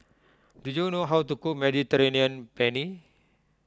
do you know how to cook Mediterranean Penne